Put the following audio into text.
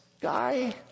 guy